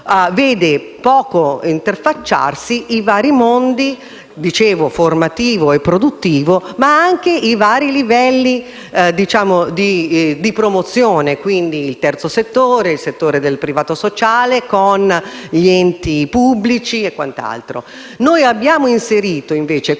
vede poco interfacciarsi i vari mondi formativo e produttivo ed anche i vari livelli di promozione, e quindi il terzo settore, il settore del privato sociale con gli enti pubblici e quant'altro. Noi abbiamo inserito invece queste